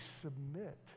submit